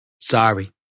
Sorry